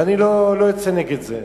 ואני לא יוצא נגד זה,